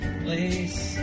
place